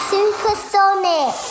Supersonic